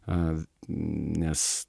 a nes